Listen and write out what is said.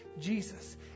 Jesus